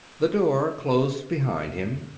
the door closed behind him.